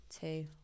two